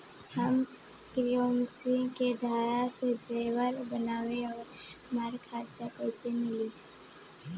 हम क्रोशिया के धागा से जेवर बनावेनी और हमरा कर्जा कइसे मिली?